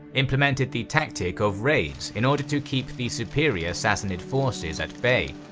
implemented the tactic of raids in order to keep the superior sassanid forces at bay.